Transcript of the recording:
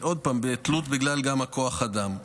עוד פעם, גם בגלל תלות בכוח אדם.